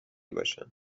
باشم